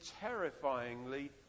terrifyingly